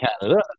Canada